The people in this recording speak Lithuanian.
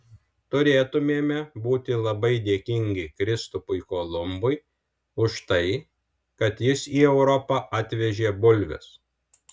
turėtumėme būti labai dėkingi kristupui kolumbui už tai kad jis į europą atvežė bulves